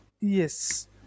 Yes